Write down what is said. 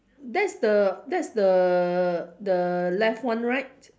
that's the that's the the left one right